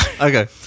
Okay